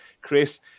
Chris